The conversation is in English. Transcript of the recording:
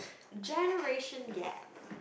generation gap